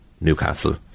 Newcastle